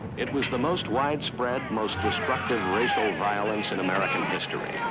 it was the most widespread, most destructive racial violence in american history.